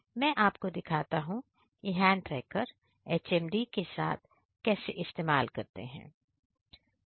मैं आपको दिखाता हूं कि हैंड ट्रैक्टर HMD के साथ कैसे इस्तेमाल करते हैं